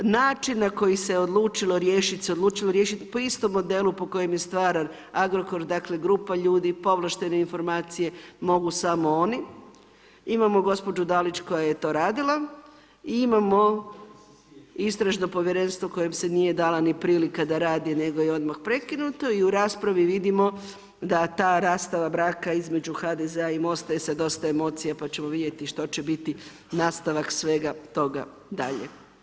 Način na koji se odlučilo riješiti se odlučilo riješiti po istom modelu po kojem je stvaran Agrokor, dakle grupa ljudi, povlaštene informacije mogu samo oni, imamo gospođu DAlić koja je to radila i imamo istražno povjerenstvo kojem se nije dala prilika da radi nego je odmah prekinuto i u raspravi vidimo da ta rastava braka između HDZ-a i Most-a je sa dosta emocija pa ćemo vidjeti što će biti nastavak svega toga dalje.